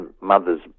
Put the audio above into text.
mother's